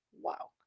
Wow